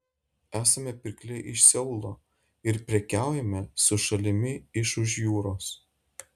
esame pirkliai iš seulo ir prekiaujame su šalimi iš už jūros